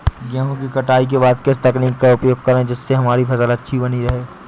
गेहूँ की कटाई के बाद किस तकनीक का उपयोग करें जिससे हमारी फसल अच्छी बनी रहे?